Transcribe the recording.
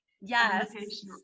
Yes